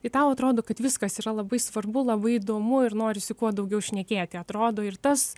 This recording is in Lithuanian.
tai tau atrodo kad viskas yra labai svarbu labai įdomu ir norisi kuo daugiau šnekėti atrodo ir tas